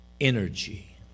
energy